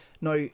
Now